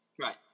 Right